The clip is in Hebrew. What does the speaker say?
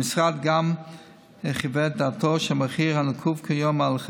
המשרד גם חיווה דעתו שהמחיר הנקוב כיום על ידי